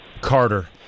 Carter